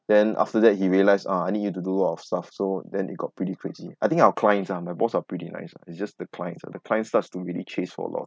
then after that he realised ah I need you to do all of stuff so then it got pretty crazy I think our clients ah our boss are pretty nice ah it's just the clients ah the client starts to really chase for a lot of